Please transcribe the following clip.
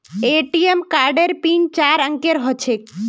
ATM कार्डेर PIN चार अंकेर ह छेक